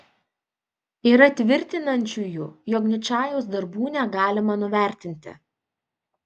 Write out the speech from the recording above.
yra tvirtinančiųjų jog ničajaus darbų negalima nuvertinti